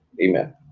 Amen